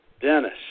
Dennis